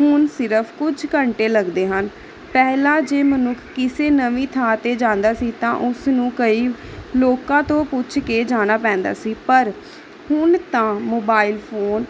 ਹੁਣ ਸਿਰਫ ਕੁਝ ਘੰਟੇ ਲੱਗਦੇ ਹਨ ਪਹਿਲਾਂ ਜੇ ਮਨੁੱਖ ਕਿਸੇ ਨਵੀਂ ਥਾਂ 'ਤੇ ਜਾਂਦਾ ਸੀ ਤਾਂ ਉਸ ਨੂੰ ਕਈ ਲੋਕਾਂ ਤੋਂ ਪੁੱਛ ਕੇ ਜਾਣਾ ਪੈਂਦਾ ਸੀ ਪਰ ਹੁਣ ਤਾਂ ਮੋਬਾਇਲ ਫੋਨ